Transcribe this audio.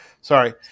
Sorry